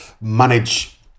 manage